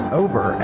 over